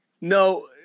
No